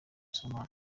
sibomana